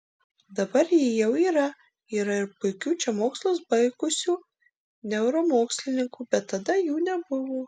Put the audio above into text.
dabar ji jau yra yra ir puikių čia mokslus baigusių neuromokslininkų bet tada jų nebuvo